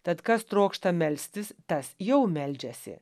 tad kas trokšta melstis tas jau meldžiasi